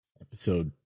Episode